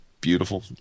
beautiful